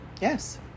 Yes